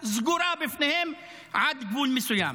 סגורה בפניהם עד גבול מסוים.